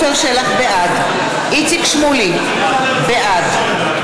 בעד איציק שמולי, בעד